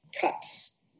cuts